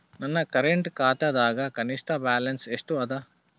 ನನ್ನ ಕರೆಂಟ್ ಖಾತಾದಾಗ ಕನಿಷ್ಠ ಬ್ಯಾಲೆನ್ಸ್ ಎಷ್ಟು ಅದ